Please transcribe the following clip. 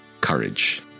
courage